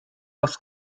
aufs